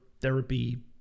therapy